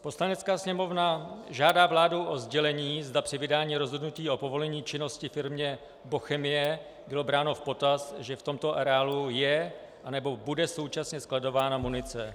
Poslanecká sněmovna žádá vládu o sdělení, zda při vydání rozhodnutí o povolení činnosti firmě Bochemie bylo bráno v potaz, že v tomto areálu je nebo bude současně skladována munice.